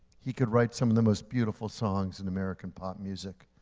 he could write some of the most beautiful songs in american pop music.